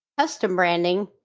custom branding,